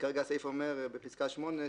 כרגע הסעיף אומר בפסקה (8)